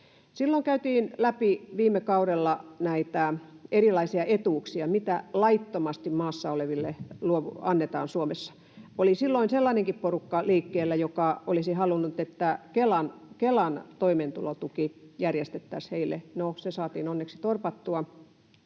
kaudella käytiin läpi näitä erilaisia etuuksia, mitä laittomasti maassa oleville annetaan Suomessa. Oli silloin sellainenkin porukka liikkeellä, joka olisi halunnut, että Kelan toimeentulotuki järjestettäisiin heille. No, se saatiin onneksi torpattua,